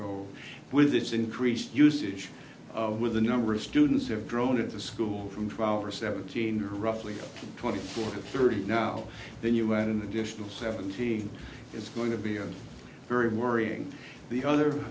old with this increased usage of with the number of students have grown at the school from two hours seventeen or roughly twenty four to thirty now then you add an additional seventeen it's going to be a very worrying the other